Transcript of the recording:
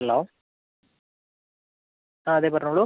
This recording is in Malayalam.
ഹലോ ആ അതെ പറഞ്ഞോളൂ